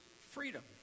freedom